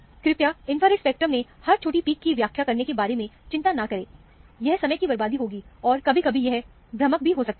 कृपया infrared spectrum में हर छोटी पीक की व्याख्या करने के बारे में चिंता न करें यह समय की बर्बादी होगी और कभी कभी यह भ्रामक भी हो सकता है